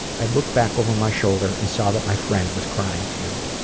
i looked back over my shoulder and saw that my friend was crying, too.